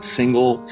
single